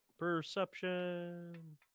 perception